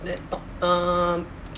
that um